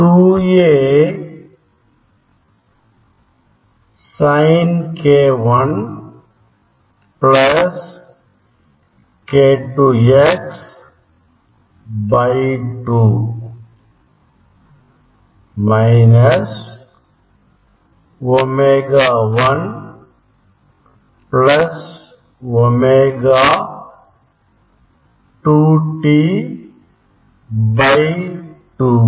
2 A sin k 1 plus k 2 x 2 minus ஒமேகா1 plus omega 2 t 2